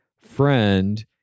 friend